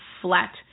flat